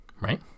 right